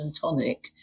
tonic